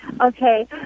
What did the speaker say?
Okay